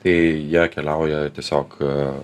tai jie keliauja tiesiog